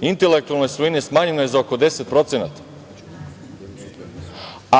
intelektualne svojine smanjeno je za oko 10%, a